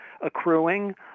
accruing